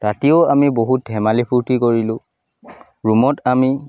ৰাতিও আমি বহুত ধেমালি ফুৰ্তি কৰিলোঁ ৰূমত আমি